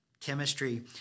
chemistry